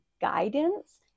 guidance